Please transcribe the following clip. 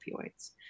opioids